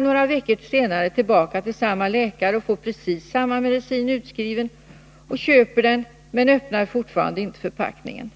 Några veckor senare går han tillbaka till samma läkare och får precis samma medicin utskriven, köper den men öppnar fortfarande inte förpackningen.